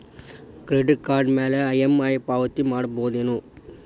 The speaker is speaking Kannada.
ಕ್ರೆಡಿಟ್ ಕಾರ್ಡ್ ಮ್ಯಾಲೆ ಇ.ಎಂ.ಐ ಪಾವತಿ ಮಾಡ್ಬಹುದೇನು?